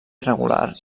irregular